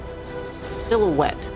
silhouette